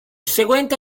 seguente